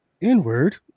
inward